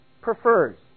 prefers